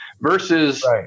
versus